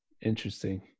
Interesting